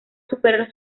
superar